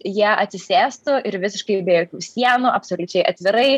jie atsisėstų ir visiškai be jokių sienų absoliučiai atvirai